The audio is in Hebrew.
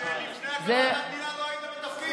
מיכאל, מזל שלפני הקמת המדינה לא היית בתפקיד.